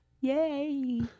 Yay